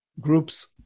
Groups